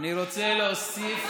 אני רוצה להוסיף,